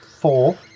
four